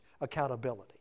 accountability